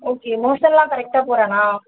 okay மோஷனெலாம் கரெக்டாக போகிறானா